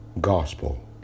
gospel